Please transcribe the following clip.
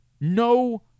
No